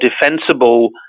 defensible